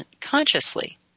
consciously